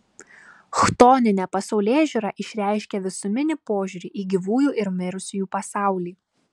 chtoninė pasaulėžiūra išreiškia visuminį požiūrį į gyvųjų ir mirusiųjų pasaulį